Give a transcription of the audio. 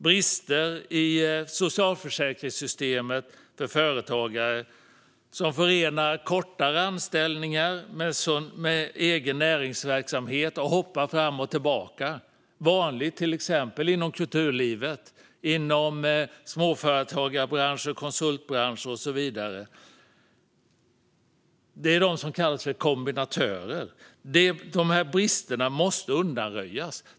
Brister i socialförsäkringssystemet för företagare som förenar kortare anställningar med egen näringsverksamhet och hoppar fram och tillbaka - så kallade kombinatörer som är vanligt till exempel inom kulturlivet, inom småföretagarbranscher, konsultbranscher och så vidare - måste undanröjas.